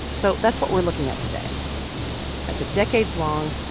so that's what we're looking at today at the decades-long,